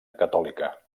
catòlica